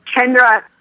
Kendra